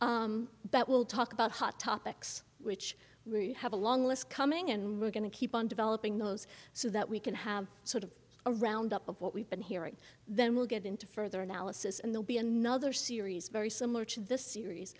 seventh that will talk about hot topics which we have a long list coming and we're going to keep on developing those so that we can have sort of a round up of what we've been hearing then we'll get into further analysis and they'll be another series very similar to this series